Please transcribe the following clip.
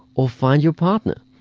or find your partner.